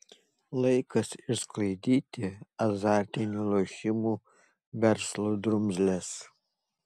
laikas išsklaidyti azartinių lošimų verslo drumzles